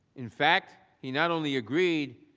in fact he not only agreed,